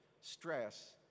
stress